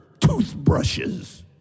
toothbrushes